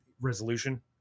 resolution